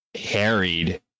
harried